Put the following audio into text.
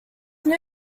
new